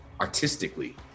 artistically